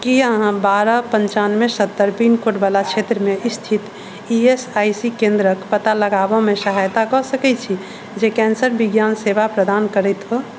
की अहाँ बारह पञ्चानबे सत्तर पिन कोड वला क्षेत्रमे स्थित ई एस आई सी केंद्रके पता लगाबऽमे सहायता कऽ सकैत छी जे कैंसर विज्ञान सेवा प्रदान करैत हो